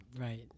Right